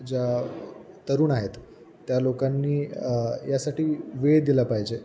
ज्या तरुण आहेत त्या लोकांनी यासाठी वेळ दिला पाहिजे